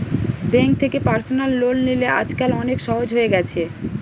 bank থেকে personal loan লিলে আজকাল অনেক সহজ হয়ে গেছে